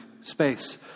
space